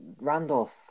Randolph